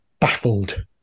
baffled